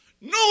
No